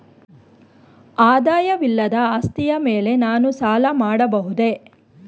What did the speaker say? ಆದಾಯವಿಲ್ಲದ ಆಸ್ತಿಯ ಮೇಲೆ ನಾನು ಸಾಲ ಪಡೆಯಬಹುದೇ?